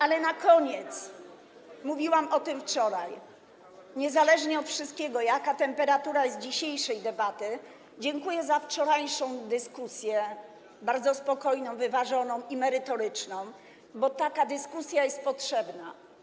Ale na koniec - mówiłam o tym wczoraj - niezależnie od wszystkiego, od tego, jaka jest temperatura dzisiejszej debaty, dziękuję za wczorajszą dyskusję, bardzo spokojną, wyważoną i merytoryczną, bo taka dyskusja jest potrzebna.